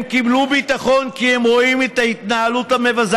הם קיבלו ביטחון כי הם רואים את ההתנהלות המבזה